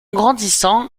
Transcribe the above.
grandissant